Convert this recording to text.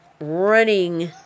running